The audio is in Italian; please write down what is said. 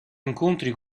incontri